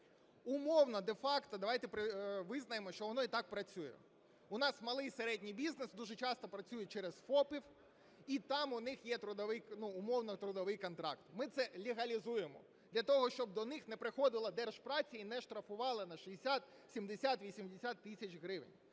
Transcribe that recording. Умовно, де-факто давайте визнаємо, що воно і так працює, у нас малий і середній бізнес дуже часто працюють через ФОПів, і там у них є трудовий... ну, умовно трудовий контракт. Ми це легалізуємо для того, щоб до них не приходило Держпраці і не штрафувало на 60, 70, 80 тисяч гривень.